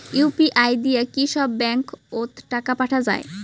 UPI দিয়া কি সব ব্যাংক ওত টাকা পাঠা যায়?